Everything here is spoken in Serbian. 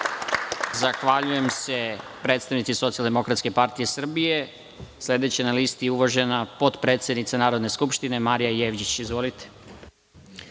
Zahvaljujem se predstavnici Socijaldemokratske partije Srbije. Sledeća na listi je uvažena potpredsednica Narodne skupštine, Marija Jevđić. Izvolite.